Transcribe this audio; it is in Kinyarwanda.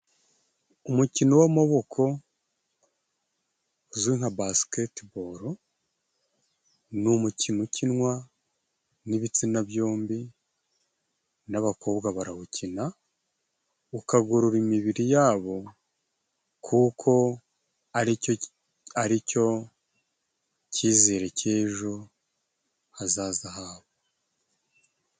Umukino w'amaboko uzwi nka basketiboro ni umukino ukinwa n'ibitsina byombi n'abakobwa barawukina, ukagorora imibiri yabo kuko aricyo cyizere cy'ejo hazaza habo.